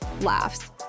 Laughs